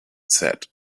said